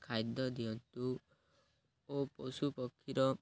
ଖାଦ୍ୟ ଦିଅନ୍ତୁ ଓ ପଶୁ ପକ୍ଷୀର